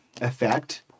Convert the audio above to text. effect